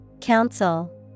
Council